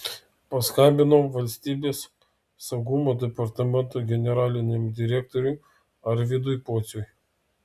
paskambinau valstybės saugumo departamento generaliniam direktoriui arvydui pociui